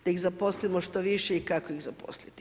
Da ih zaposlimo što više i kako ih zaposliti.